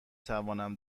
توانم